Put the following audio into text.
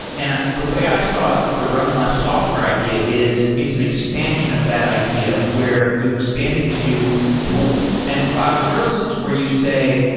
and the way i saw the run less software idea is it's an expansion of that idea where you expand it to tools and cloud services where you say,